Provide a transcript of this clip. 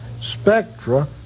spectra